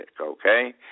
okay